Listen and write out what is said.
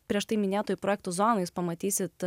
prieš tai minėtų projektų zonoje pamatysite